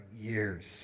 years